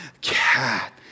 cat